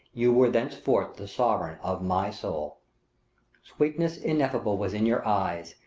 you were thenceforth the sovereign of my soul sweetness ineffable was in your eyes,